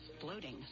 bloating